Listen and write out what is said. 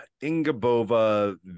Ingabova